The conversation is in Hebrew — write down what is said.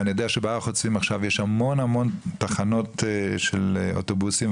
ואני יודע שבהר חוצבים עכשיו יש המון תחנות של אוטובוסים,